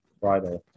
Friday